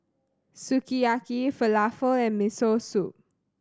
Sukiyaki Falafel and Miso Soup